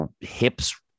hips